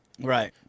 Right